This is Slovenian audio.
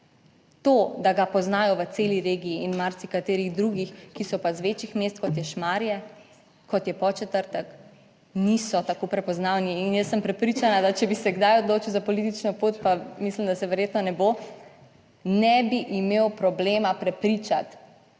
To, da ga poznajo v celi regiji in marsikaterih drugih, ki so pa iz večjih mest kot je Šmarje, kot je Podčetrtek, niso tako prepoznavni. In jaz sem prepričana, da če bi se kdaj odločil za politično pot, pa mislim, da se verjetno ne bo ne bi imel problema prepričati